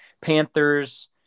panthers